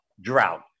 drought